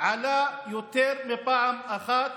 עלה יותר מפעם אחת